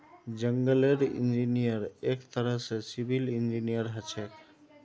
जंगलेर इंजीनियर एक तरह स सिविल इंजीनियर हछेक